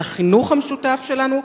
על החינוך המשותף שלנו,